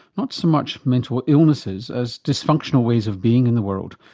not so much mental illnesses as dysfunctional ways of being in the world,